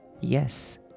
yes